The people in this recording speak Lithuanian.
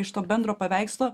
iš to bendro paveikslo